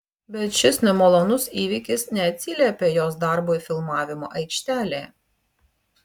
bet šis nemalonus įvykis neatsiliepė jos darbui filmavimo aikštelėje